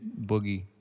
Boogie